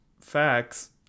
facts